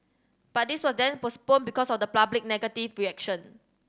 but this were then postponed because of the public negative reaction